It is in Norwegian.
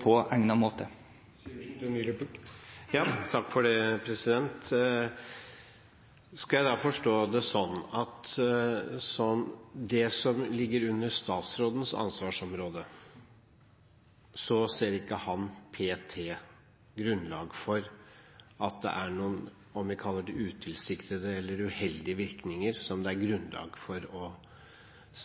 på egnet måte. Skal jeg da forstå det sånn at når det gjelder det som ligger under statsrådens ansvarsområde, ser ikke han p.t. at det er noen – om vi kaller det utilsiktede eller uheldige – virkninger som det er grunnlag for å